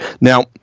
Now